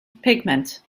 pigment